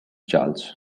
charles